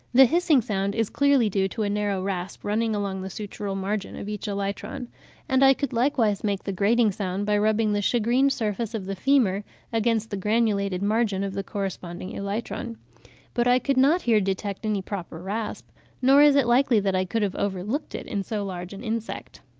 the hissing sound is clearly due to a narrow rasp running along the sutural margin of each elytron and i could likewise make the grating sound by rubbing the shagreened surface of the femur against the granulated margin of the corresponding elytron but i could not here detect any proper rasp nor is it likely that i could have overlooked it in so large an insect.